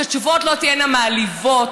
שתשובות לא תהיינה מעליבות,